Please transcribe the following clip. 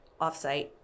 offsite